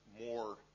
more